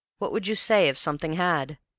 what would you say if something had?